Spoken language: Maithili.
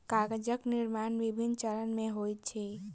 कागजक निर्माण विभिन्न चरण मे होइत अछि